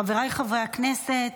חבריי חברי הכנסת,